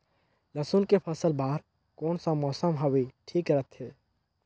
लसुन के फसल बार कोन सा मौसम हवे ठीक रथे?